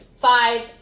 five